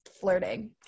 flirting